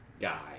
guy